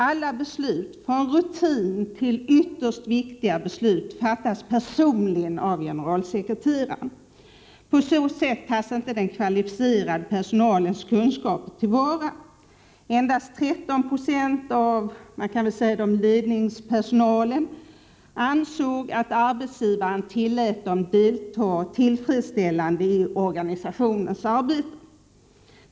Alla beslut, från rutinbeslut till ytterst viktiga beslut, fattas av generalsekreteraren personligen. På så sätt tas inte den kvalificerade personalens kunskaper till vara. Endast 13 90 av de anställda i ledningen ansåg att arbetsgivaren tillät dem delta i tillfredsställande utsträckning i organisationens arbete.